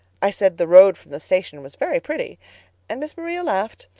i said the road from the station was very pretty and miss maria laughed.